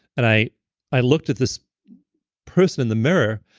and i i looked at this person in the mirror.